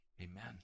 Amen